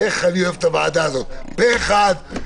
התשפ"א-2020, נתקבלה.